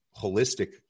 holistic